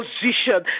position